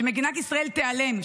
שמדינת ישראל תיעלם,